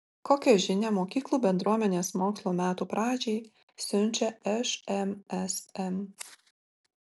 kokią žinią mokyklų bendruomenėms mokslo metų pradžiai siunčia šmsm